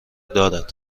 دارد